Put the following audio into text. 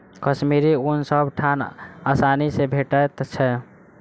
कश्मीरी ऊन सब ठाम आसानी सँ भेटैत छै